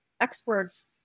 experts